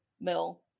mill